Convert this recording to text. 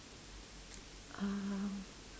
um